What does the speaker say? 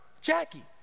jackie